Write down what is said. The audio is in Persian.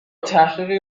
تحقیقی